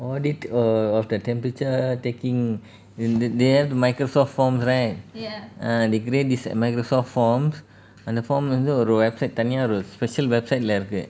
audit err of the temperature taking mm the~ they have microsoft form right ah they grade this microsoft form and the form also அந்த form வந்து ஒரு:vanthu oru website தனியா ஒரு:thaniya oru special website ல இருக்கு:la iruku